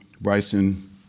Bryson